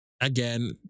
again